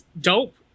dope